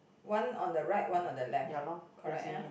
one on the right one on the left